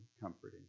comforting